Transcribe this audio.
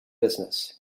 business